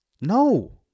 No